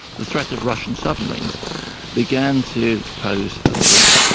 the threat of russian submarines began to pose a threat.